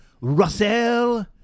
Russell